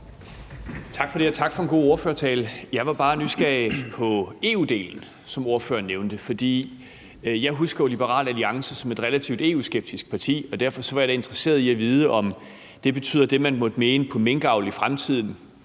Tak for det, og tak for en god ordførertale. Jeg var bare nysgerrig på EU-delen, som ordføreren nævnte, for jeg husker jo Liberal Alliance som et relativt EU-skeptisk parti, og derfor var jeg da interesseret i at vide, om det betyder, at det, man måtte mene inden for minkavl i fremtiden,